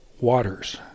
waters